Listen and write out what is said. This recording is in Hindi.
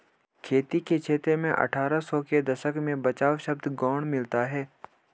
खेती के क्षेत्र में अट्ठारह सौ के दशक में बचाव शब्द गौण मिलता है